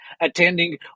attending